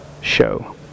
Show